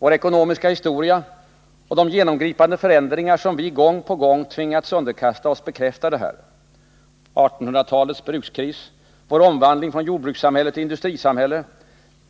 Vår ekonomiska historia och de genomgripande förändringar som vi gång på gång tvingats underkasta oss bekräftar detta: 1800-talets brukskris, vår omvandling från jordbrukssamhälle till industrisamhälle,